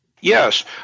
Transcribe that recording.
Yes